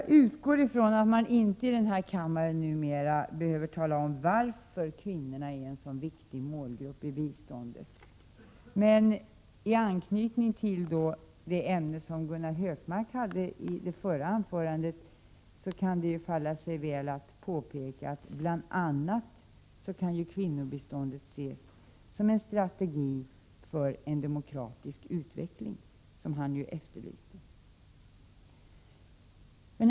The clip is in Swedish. Jag utgår ifrån att man inte i den här kammaren numera behöver tala om varför kvinnorna är en så viktig målgrupp i biståndet. Men med anknytning till det ämne som Gunnar Hökmark hade i det förra anförandet kan det falla sig väl att påpeka att bl.a. kan kvinnobiståndet ses som en strategi för en demokratisk utveckling, som han ju efterlyste.